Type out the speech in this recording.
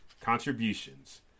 contributions